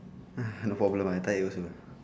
no problem ah I tired also